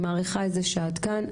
אני מעריכה את זה שאת כאן,